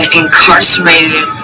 incarcerated